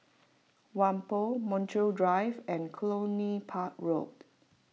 Whampoa Montreal Drive and Cluny Park Road